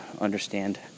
understand